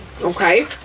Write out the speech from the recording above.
Okay